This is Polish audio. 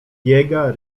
biega